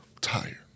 tired